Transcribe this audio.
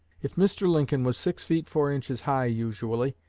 if mr. lincoln was six feet four inches high usually,